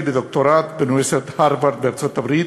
לדוקטורט באוניברסיטת הרווארד בארצות-הברית,